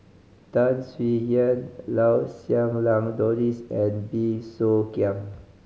Tan Swie Hian Lau Siew Lang Doris and Bey Soo Khiang